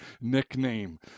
nickname